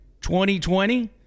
2020